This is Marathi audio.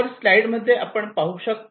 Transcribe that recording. वर स्लाईड मध्ये आपण बांगलादेश पाहू शकता